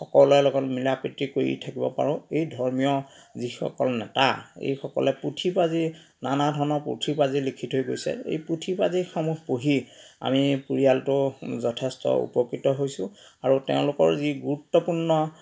সকলোৰে লগত মিলা প্ৰীতি কৰি থাকিব পাৰোঁ এই ধৰ্মীয় যিসকল নেতা এইসকলে পুঁথি পাজি নানা ধৰণৰ পুঁথি পাজি লিখি থৈ গৈছে এই পুঁথি পাজিসমূহ পঢ়ি আমি পৰিয়ালটো যথেষ্ট উপকৃত হৈছো আৰু তেওঁলোকৰ যি গুৰুত্বপূৰ্ণ